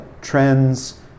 trends